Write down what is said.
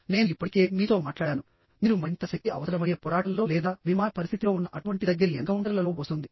నేను ఇప్పటికే మీతో మాట్లాడాను మీరు మరింత శక్తి అవసరమయ్యే పోరాటంలో లేదా విమాన పరిస్థితిలో ఉన్న అటువంటి దగ్గరి ఎన్కౌంటర్లలో వస్తుంది